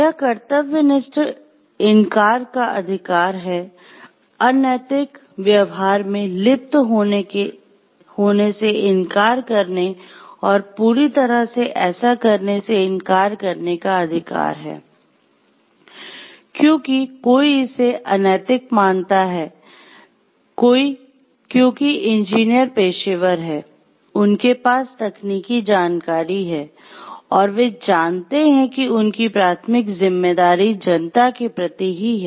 यह कर्तव्यनिष्ठ इनकार का अधिकार है अनैतिक व्यवहार में लिप्त होने से इनकार करने और पूरी तरह से ऐसा करने से इनकार करने का अधिकार है क्योंकि कोई इसे अनैतिक मानता है क्योंकि इंजीनियर पेशेवर हैं उनके पास तकनीकी जानकारी है और वे जानते हैं कि उनकी प्राथमिक जिम्मेदारी जनता के प्रति ही है